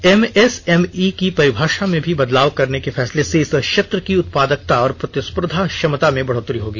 MSME की परिभाषा में बदलाव के फैसले से इस क्षेत्र की उत्पादकता और प्रतिस्पर्धा क्षमता में बढोतरी होगी